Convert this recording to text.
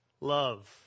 Love